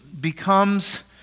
becomes